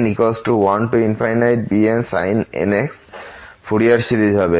n1bnsin nx Fourier series হবে